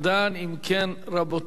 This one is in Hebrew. אם כן, רבותי,